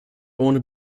ohne